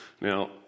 Now